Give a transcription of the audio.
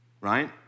right